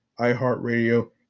iHeartRadio